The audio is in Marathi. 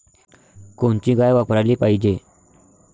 कोनची गाय वापराली पाहिजे?